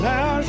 Now